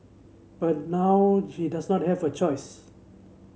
but now she does not have a choice